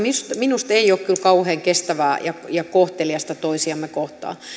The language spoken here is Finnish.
minusta ei ole kyllä kauhean kestävää ja ja kohteliasta toisiamme kohtaan